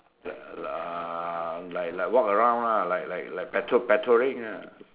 uh like like walk around lah like like like patrol patrolling ah